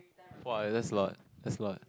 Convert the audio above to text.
!wah! that's a lot that's a lot